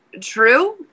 true